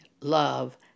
love